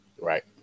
Right